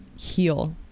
heal